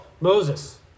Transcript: Moses